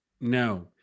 no